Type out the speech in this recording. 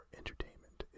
entertainment